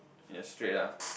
yes straight ah